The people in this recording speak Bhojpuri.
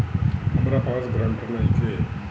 हमरा पास ग्रांटर नइखे?